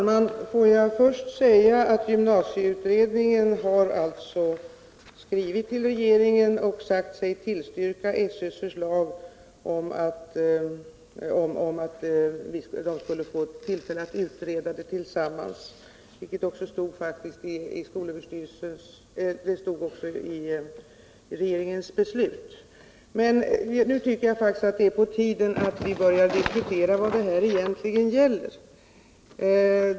Herr talman! Gymnasieutredningen har skrivit till regeringen och sagt sig tillstyrka SÖ:s förslag att man skulle få tillfälle att gemensamt utreda denna fråga. Det stod också i regeringens beslut. Nu tycker jag faktiskt att det är på tiden att vi börjar diskutera vad det egentligen gäller.